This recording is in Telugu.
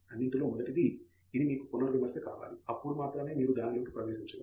అన్నింటిలో మొదటిది ఇది మీకు పునర్విమర్శ కావాలి అప్పుడు మాత్రమే మీరు దానిలోకి ప్రవేశించగలరు